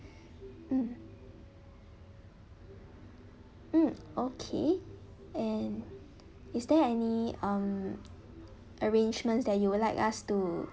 mm mm okay and is there any um arrangements that you would like us to